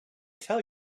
tell